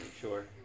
sure